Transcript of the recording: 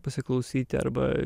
pasiklausyti arba